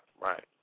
right